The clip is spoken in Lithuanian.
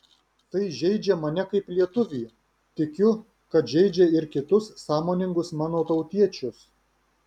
tai žeidžia mane kaip lietuvį tikiu kad žeidžia ir kitus sąmoningus mano tautiečius